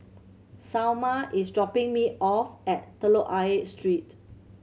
Salma is dropping me off at Telok Ayer Street